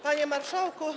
Panie Marszałku!